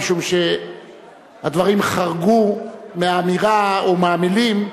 משום שהדברים חרגו מהאמירה או מהמלים.